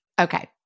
Okay